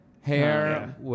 Hair